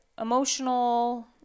emotional